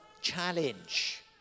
challenge